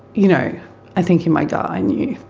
you know i think in my gut i knew.